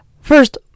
first